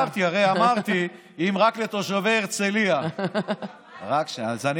אמרתי, אם רק לתושבי הרצליה, התאמה זה קריטריון?